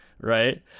Right